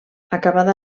acabada